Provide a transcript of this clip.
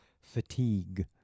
fatigue